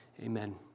Amen